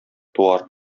туар